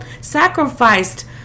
sacrificed